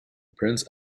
prince